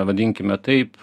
vadinkime taip